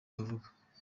bavuga